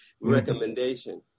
recommendation